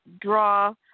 draw